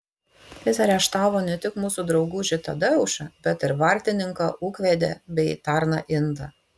jis areštavo ne tik mūsų draugužį tadeušą bet ir vartininką ūkvedę bei tarną indą